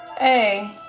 Hey